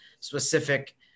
specific